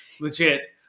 Legit